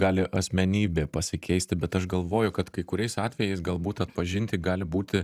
gali asmenybė pasikeisti bet aš galvoju kad kai kuriais atvejais galbūt atpažinti gali būti